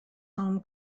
home